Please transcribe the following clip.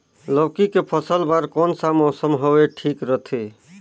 लौकी के फसल बार कोन सा मौसम हवे ठीक रथे?